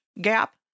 gap